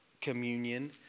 communion